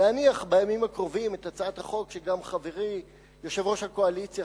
להניח בימים הקרובים את הצעת החוק שגם חברי יושב-ראש הקואליציה,